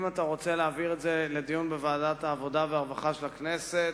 אם אתה רוצה להעביר אותו לדיון בוועדת העבודה והרווחה של הכנסת,